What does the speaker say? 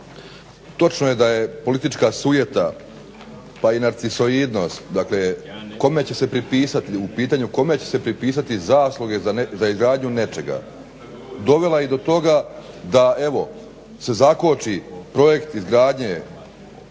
kome će se prepisati u pitanju kome će se prepisati zasluge za izgradnju nečega dovela je do toga da evo se zakoči projekt izgradnje